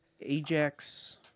Ajax